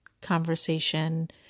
conversation